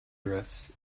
drifts